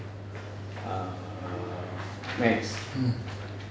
err maximum